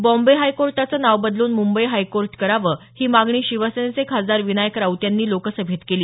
बॉम्बे हायकोर्टाच नाव बदलून मुंबई हायकोर्ट करावं ही मागणी शिवसेनेचे खासदार विनायक राऊत यांनी लोकसभेत केली